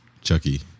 Chucky